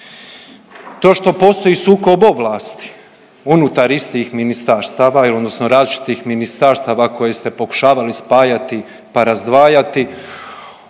To što postoji sukob ovlasti unutar istih ministarstava, odnosno različitih ministarstava koje ste pokušavali spajati pa razdvajati,